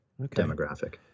demographic